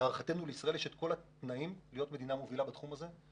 להערכתנו לישראל יש את כל התנאים להיות מדינה מובילה בתחום הזה,